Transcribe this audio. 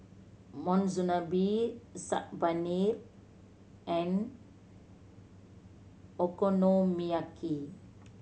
Monsunabe Saag Paneer and Okonomiyaki